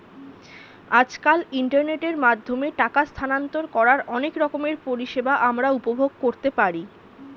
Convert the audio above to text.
আজকাল ইন্টারনেটের মাধ্যমে টাকা স্থানান্তর করার অনেক রকমের পরিষেবা আমরা উপভোগ করতে পারি